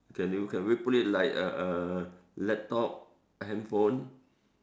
can you can we put it like a uh laptop handphone